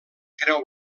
creu